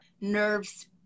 nerves